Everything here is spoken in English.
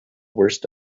worst